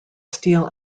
steel